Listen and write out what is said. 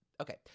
Okay